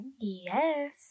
Yes